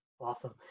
awesome